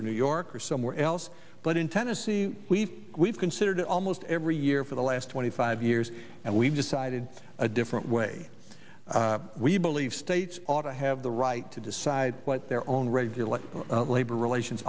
or new york or somewhere else but in tennessee we've we've considered almost every year for the last twenty five years and we've decided a different way we believe states ought to have the right to decide what their own regulate labor relations